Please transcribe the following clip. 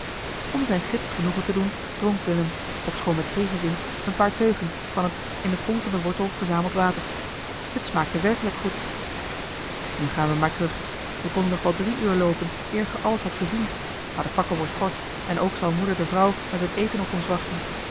om zijn gids genoegen te doen dronk willem ofschoon met tegenzin een paar teugen van het in de kom van den wortel verzamelde water het smaakte werkelijk goed nu gaan we maar terug we konden nog wel drie uur loopen eer ge alles hadt gezien maar de fakkel wordt kort en ook zal moeder de vrouw met het eten op ons wachten